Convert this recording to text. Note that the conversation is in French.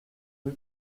rue